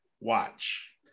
watch